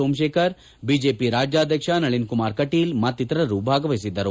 Somashekar BJP ರಾಜ್ಯಾಧಕ್ಷ ನಳಿನ್ ಕುಮಾರ್ ಕಟೀಲ್ ಮತ್ತಿತರರು ಭಾಗವಹಿಸಿದ್ದರು